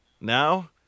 Now